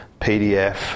PDF